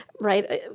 right